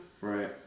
Right